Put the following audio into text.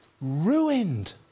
Ruined